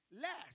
last